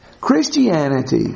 Christianity